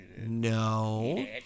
No